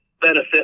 benefit